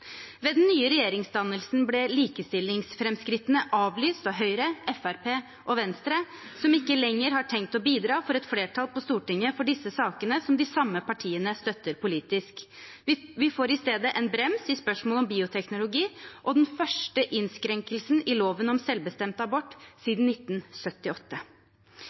Ved den nye regjeringsdannelsen ble likestillingsframskrittene avlyst av Høyre, Fremskrittspartiet og Venstre, som ikke lenger har tenkt å bidra til et flertall på Stortinget for disse sakene, som de samme partiene støtter politisk. Vi får i stedet en brems i spørsmål om bioteknologi og den første innskrenkningen i loven om selvbestemt abort siden 1978.